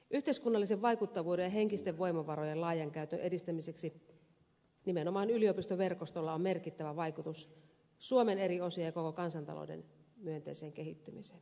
yhteiskunnallisen vaikuttavuuden ja henkisten voimavarojen laajan käytön edistämiseksi nimenomaan yliopistoverkostolla on merkittävä vaikutus suomen eri osien ja koko kansantalouden myönteiseen kehittymiseen